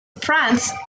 france